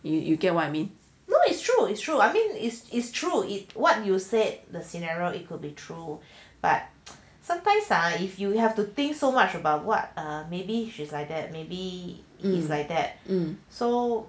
no it's true it's true I mean it's it's true it's what you said the scenario it could be true but sometimes ah if you you have to think so much about what maybe she's like that maybe is like that I'm so